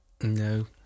No